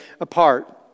apart